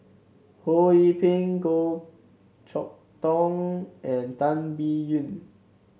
Ho Yee Ping Goh Chok Tong and Tan Biyun